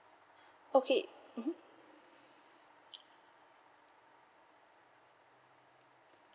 okay mmhmm